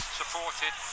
supported